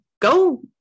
Go